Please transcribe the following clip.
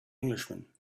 englishman